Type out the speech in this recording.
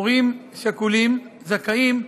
הורים שכולים זכאים,